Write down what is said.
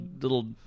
little